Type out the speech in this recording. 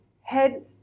head